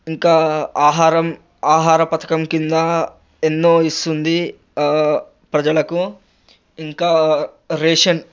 ఇంకా ఆహారం ఆహార పథకం కింద ఎన్నో ఇస్తుంది ప్రజలకు ఇంకా రేషన్